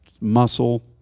muscle